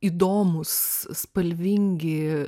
įdomūs spalvingi